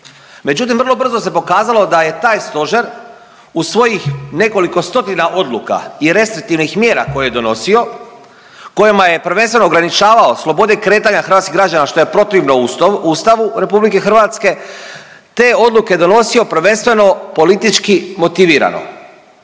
Međutim vrlo brzo se pokazalo da je taj stožer u svojih nekoliko stotina odluka i restriktivnih mjera koje je donosio, kojima je prvenstveno ograničavao slobode kretanja hrvatskih građana, što je protivno Ustavu RH, te odluke donosio prvenstveno politički motivirano.